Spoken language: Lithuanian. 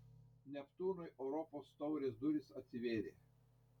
neptūnui europos taurės durys atsivėrė